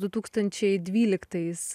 du tūkstančiai dvyliktais